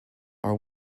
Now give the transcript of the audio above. are